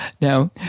Now